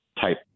type